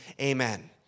Amen